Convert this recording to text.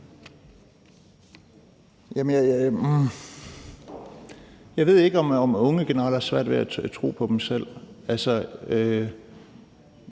jeg ved ikke, om unge generelt har svært ved at tro på sig selv.